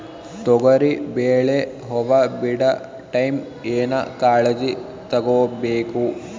ತೊಗರಿಬೇಳೆ ಹೊವ ಬಿಡ ಟೈಮ್ ಏನ ಕಾಳಜಿ ತಗೋಬೇಕು?